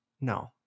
No